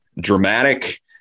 dramatic